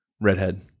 Redhead